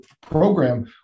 program